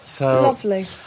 lovely